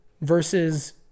Versus